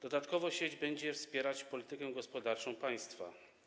Dodatkowo sieć będzie wspierać politykę gospodarczą państwa.